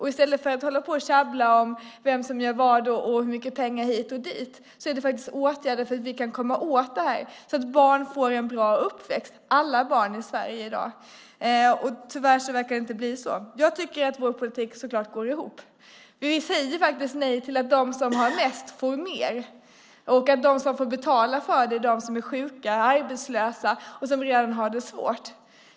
I stället för att hålla på och tjabba om vem som gör vad och hur mycket pengar som går hit eller dit behövs faktiskt åtgärder för att vi ska kunna komma åt det här så att alla barn i Sverige i dag får en bra uppväxt. Tyvärr verkar det inte bli så. Jag tycker så klart att vår politik går ihop. Vi säger faktiskt nej till att de som har mest får mer och att de som får betala för det är de som är sjuka, arbetslösa och som redan har det svårt.